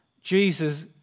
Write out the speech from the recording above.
Jesus